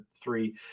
three